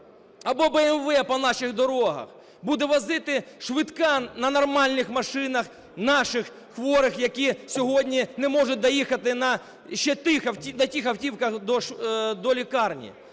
або БМВ по наших дрогах? Буде возити швидка на нормальних машинах наших хворих, які сьогодні не можуть доїхати ще на тих автівках до лікарні.